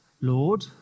Lord